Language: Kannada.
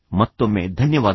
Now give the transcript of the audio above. ಮತ್ತೊಮ್ಮೆ ಧನ್ಯವಾದಗಳು